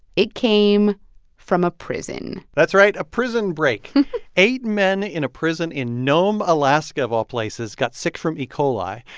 it came from a prison that's right, a prison break eight men in a prison in nome, alaska, of all places, got sick from e. coli.